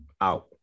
out